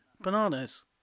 Bananas